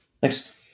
Thanks